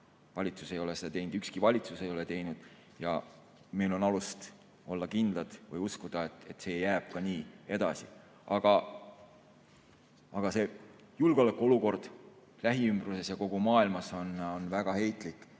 valitsus ei ole seda teinud, ükski valitsus ei ole teinud – ja meil on alust olla kindel või uskuda, et see jääb nii ka edasi. Aga julgeolekuolukord lähiümbruses ja kogu maailmas on väga heitlik.